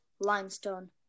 limestone